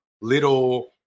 little